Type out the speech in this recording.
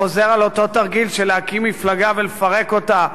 חוזר על אותו תרגיל של להקים מפלגה ולפרק אותה,